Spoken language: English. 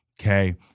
Okay